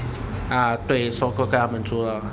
啊对 so 跟他们住啦